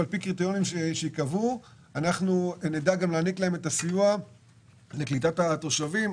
אנחנו נעניק לה את הסיוע לקליטת התושבים.